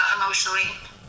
emotionally